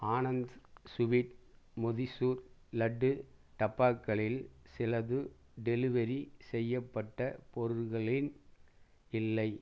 Anand sweet motichoor laddu டப்பாக்களில் சிலது delivery செய்யப்பட்ட பொருள்களில் இல்லை